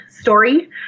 story